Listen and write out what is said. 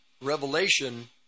revelation